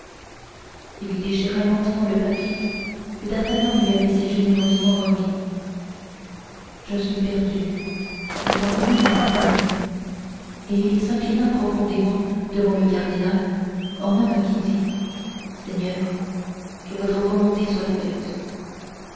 il déchira lentement le papier que d'artagnan lui avait si généreusement remis je suis perdu dit en lui-même d'artagnan et il s'inclina profondément devant le cardinal en homme qui dit seigneur que votre volonté soit faite